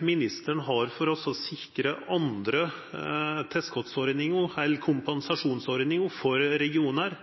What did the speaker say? ministeren har for å sikra andre tilskotsordningar eller kompensasjonsordningar for regionane.